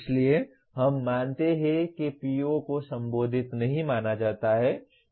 इसलिए हम मानते हैं कि PO को संबोधित नहीं माना जाता है